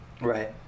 Right